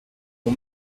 mon